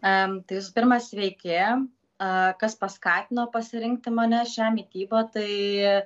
tai visų pirma sveiki kas paskatino pasirinkti mane šią mitybą tai